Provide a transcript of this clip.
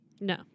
No